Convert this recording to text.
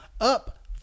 up